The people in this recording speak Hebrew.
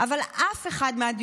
לעשות את זה,